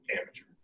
amateur